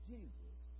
Jesus